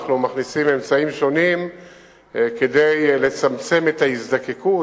אנחנו מכניסים אמצעים שונים כדי לצמצם את ההזדקקות,